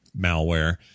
malware